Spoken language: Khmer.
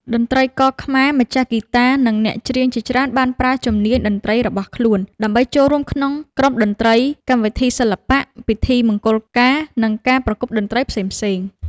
តន្ត្រីករខ្មែរ ម្ចាស់ហ្គីតា និងអ្នកច្រៀងជាច្រើនបានប្រើជំនាញតន្ត្រីរបស់ខ្លួន ដើម្បីចូលរួមក្នុងក្រុមតន្ត្រី កម្មវិធីសិល្បៈ ពិធីមង្គលការ និងការប្រគំតន្ត្រីផ្សេងៗ។